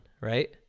right